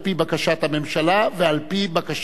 תוכן העניינים מסמכים שהונחו על שולחן